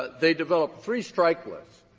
they developed three strike lists.